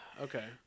Okay